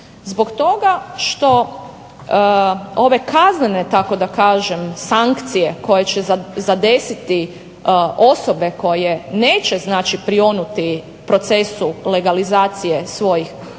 Zbog toga što ove kaznene tako da kažem sankcije koje će zadesiti osobe koje neće znači prionuti procesu legalizacije svojih